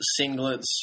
singlets